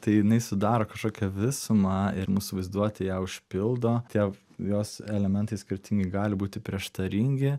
tai jinai sudaro kažkokią visumą ir mūsų vaizduotė ją užpildo tie jos elementai skirtingai gali būti prieštaringi